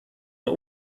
nur